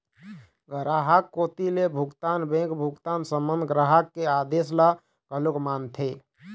गराहक कोती ले भुगतान बेंक भुगतान संबंध ग्राहक के आदेस ल घलोक मानथे